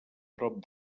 prop